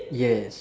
yes